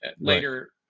Later